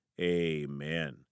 amen